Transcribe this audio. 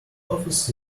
office